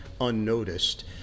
unnoticed